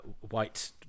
white